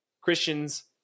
Christians